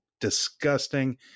Disgusting